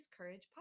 courage